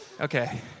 Okay